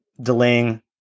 delaying